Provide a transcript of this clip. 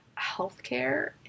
healthcare